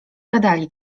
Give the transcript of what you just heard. gadali